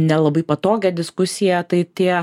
nelabai patogią diskusiją tai tie